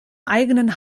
eigenen